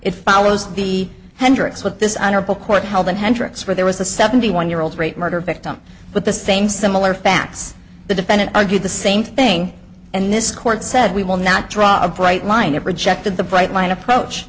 it follows the hendricks with this honorable court held in hendricks where there was a seventy one year old rape murder victim with the same similar facts the defendant argued the same thing and this court said we will not draw a bright line that rejected the bright line approach